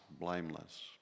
blameless